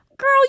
girl